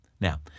Now